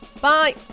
bye